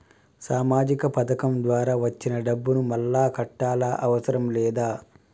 సామాజిక పథకం ద్వారా వచ్చిన డబ్బును మళ్ళా కట్టాలా అవసరం లేదా?